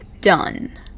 done